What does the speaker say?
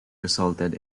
resulted